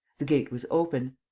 the gate was open.